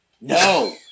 No